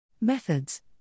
Methods